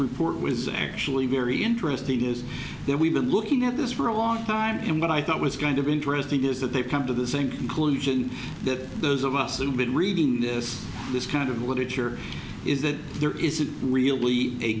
for was actually very interesting is that we've been looking at this for a long time and what i thought was going to be interesting is that they've come to the same conclusion that those of us who've been reading this this kind of literature is that there isn't really a